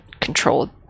control